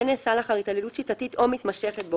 נעשה לאחר התעללות שיטתית או מתמשכת בו,